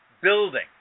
building